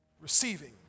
receiving